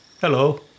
Hello